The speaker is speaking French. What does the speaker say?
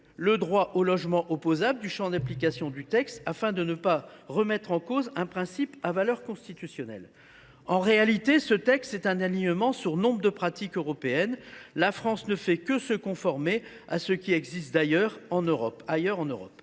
le droit au logement opposable du champ d’application du texte afin de ne pas remettre en cause un principe à valeur constitutionnelle. En réalité, ce texte est aligné avec nombre de pratiques européennes. La France ne fait que se conformer à ce qui existe ailleurs en Europe.